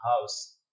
house